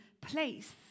place